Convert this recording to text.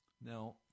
Now